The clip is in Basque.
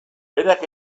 berak